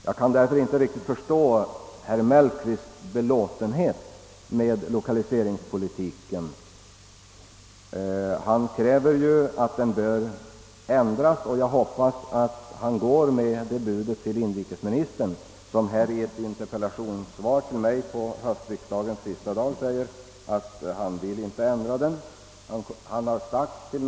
Jag kan därför inte riktigt förstå herr Mellqvists belåtenhet med lokaliseringspolitiken. Han kräver ju att den skall ändras, och jag hoppas att han går med det budet till inrikesministern, som i ett interpellationssvar till mig på höstriksdagens sista dag sade att han inte vill ändra lokaliseringspolitiken.